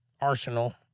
arsenal